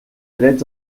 drets